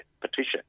Patricia